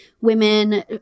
women